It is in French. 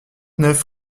neuf